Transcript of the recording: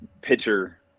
pitcher